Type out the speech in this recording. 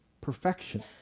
perfection